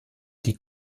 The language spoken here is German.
die